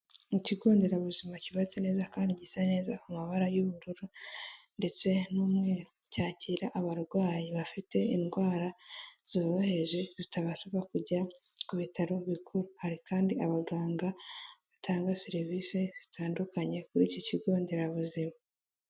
Ni ikigonderabuzima cyubatse neza kandi gisa neza mu mabara y'ubururu ndetse n'umweru, cyakira abarwayi bafite indwara zoroheje zitabashsba kujya ku bitaro bikuru hari kandi abaganga batanga serivisi zitandukanye kuri iki kigonderabuzima.